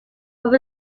from